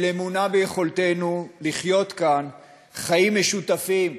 של אמונה ביכולתנו לחיות כאן חיים משותפים,